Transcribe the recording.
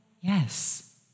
Yes